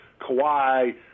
Kawhi